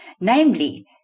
namely